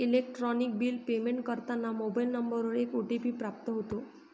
electronic bill payment करताना mobile नंबरवर एक ओ.टी.पी प्राप्त होतो